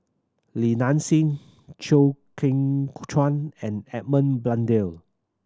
Li Nanxing Chew Kheng Chuan and Edmund Blundell